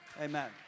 Amen